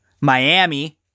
Miami